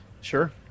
Sure